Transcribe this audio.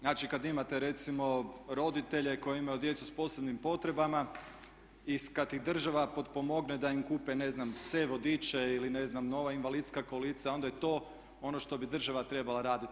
Znači kada imate recimo roditelje koje imaju djecu sa posebnim potrebama i kada ih država potpomogne da im kupe recimo pse vodiče ili ne znam nova invalidska kolica onda je to ono što bi država trebala raditi.